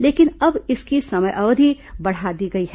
लेकिन अब इसकी समयावधि बढ़ा दी गई है